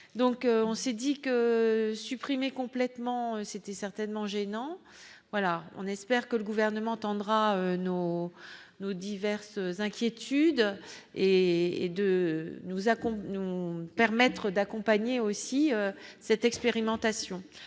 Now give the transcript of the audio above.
donc on s'est dit que supprimer complètement c'était certainement gênant voilà on espère que le gouvernement entendra nos nos diverses, inquiétude et de nous accompagner, nous nous permettre d'accompagner aussi cette expérimentation,